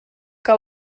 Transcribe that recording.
que